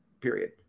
period